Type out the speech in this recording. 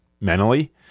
mentally